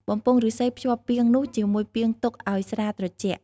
បំពង់ឫស្សីភ្ជាប់ពាងនោះជាមួយពាងទុកឱ្យស្រាត្រជាក់។